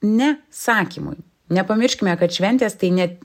ne sakymui nepamirškime kad šventės tai net